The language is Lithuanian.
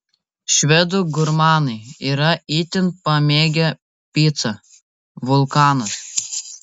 švedų gurmanai yra itin pamėgę picą vulkanas